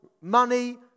money